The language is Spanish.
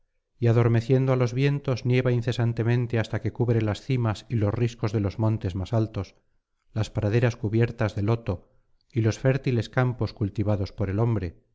y adormeciendo á los vientos nieva incesantemente hasta que cubre las cimas y los riscos de los montes más altos las praderas cubiertas de loto y los fértiles campos cultivados por el hombre